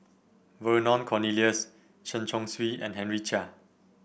Vernon Cornelius Chen Chong Swee and Henry Chia